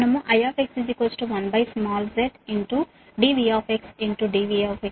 మనం Ix1small zdVdVdx ను వ్రాయవచ్చు